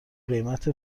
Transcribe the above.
قیمت